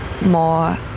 more